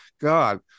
God